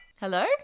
Hello